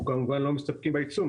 אנחנו כמובן לא מסתפקים בעיצום,